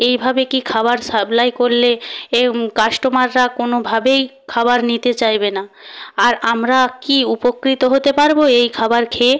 এইভাবে কি খাবার সাপ্লাই করলে এ কাস্টমাররা কোনোভাবেই খাবার নিতে চাইবে না আর আমরা কি উপকৃত হতে পারব এই খাবার খেয়ে